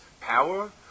power